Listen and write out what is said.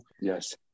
yes